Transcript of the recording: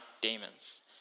demons